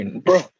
Bro